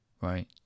right